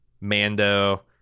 Mando